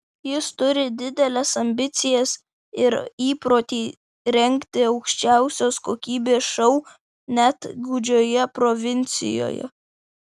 jis turi dideles ambicijas ir įprotį rengti aukščiausios kokybės šou net gūdžioje provincijoje